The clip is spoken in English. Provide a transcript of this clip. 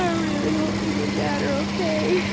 ah really hope you and dad are okay